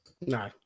No